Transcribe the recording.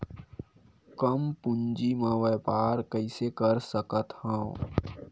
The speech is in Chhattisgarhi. कम पूंजी म व्यापार कइसे कर सकत हव?